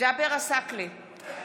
ג'אבר עסאקלה,